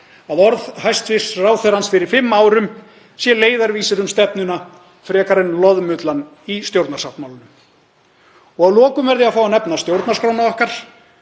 að orð hæstv. ráðherrans fyrir fimm árum séu leiðarvísir um stefnuna frekar en loðmullan í stjórnarsáttmálanum. Að lokum verð ég að fá að nefna stjórnarskrána okkar.